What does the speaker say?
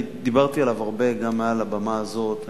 אני דיברתי עליו הרבה גם מעל הבמה הזאת,